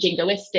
jingoistic